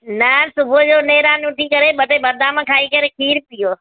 न सुबुह जो नेरनि उथी करे ॿ टे बादाम खाई करे खीरु पीओ